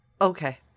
Okay